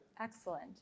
Excellent